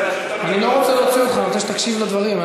אני לא רוצה להוציא אותך, אני רוצה שתקשיב לדברים.